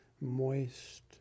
moist